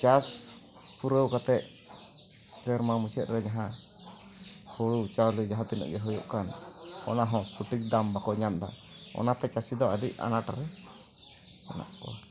ᱪᱟᱥ ᱯᱩᱨᱟᱹᱣ ᱠᱟᱛᱮᱫ ᱥᱮᱨᱢᱟ ᱢᱩᱪᱟᱹᱫ ᱨᱮ ᱡᱟᱦᱟᱸ ᱦᱩᱲᱩ ᱪᱟᱣᱞᱮ ᱡᱟᱦᱟᱸ ᱛᱤᱱᱟᱹᱜ ᱜᱮ ᱦᱩᱭᱩᱜ ᱠᱟᱱ ᱚᱱᱟ ᱦᱚᱸ ᱥᱚᱴᱷᱤᱠ ᱫᱟᱢ ᱵᱟᱠᱚ ᱧᱟᱢ ᱫᱟ ᱚᱱᱟ ᱛᱮ ᱪᱟᱥᱤ ᱫᱚ ᱟᱰᱤ ᱟᱱᱟᱴ ᱨᱮ ᱦᱮᱱᱟᱜ ᱠᱚᱣᱟ